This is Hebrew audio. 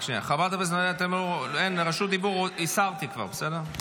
חברת הכנסת, את רשות הדיבור כבר הסרתי, בסדר.